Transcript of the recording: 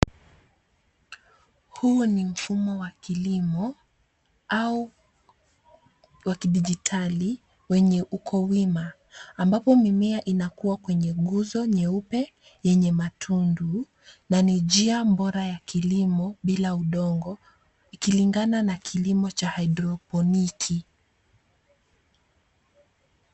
Huu ni mfumo wa kilimo au wa kidijitali wenye uko wima, ambapo mimea inakuza kwenye nguzo nyeupe yenye matundu, na ni njia bora ya kilimo bila udongo, ikilingana na kilimo cha haidroponiki.